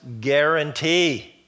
guarantee